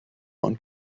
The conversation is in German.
und